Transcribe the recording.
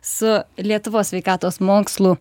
su lietuvos sveikatos mokslų